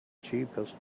cheapest